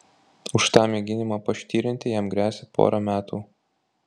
už tą mėginimą paštirinti jam gresia pora metų